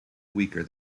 weaker